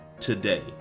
today